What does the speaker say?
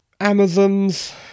Amazon's